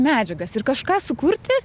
medžiagas ir kažką sukurti